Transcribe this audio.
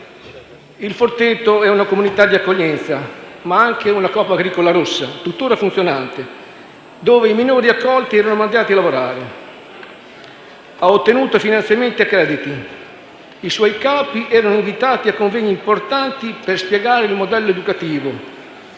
«Il Forteto» è una comunità di accoglienza ma anche una coop agricola rossa, tuttora funzionante, dove i minori accolti erano mandati a lavorare. Ha ottenuto finanziamenti e crediti, i suoi capi erano invitati a convegni importanti per spiegare il modello «educativo»,